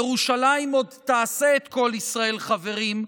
ירושלים עוד תעשה את כל ישראל חברים,